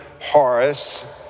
Horace